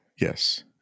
Yes